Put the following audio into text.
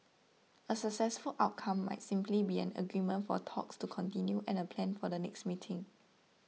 a successful outcome might simply be an agreement for talks to continue and a plan for the next meeting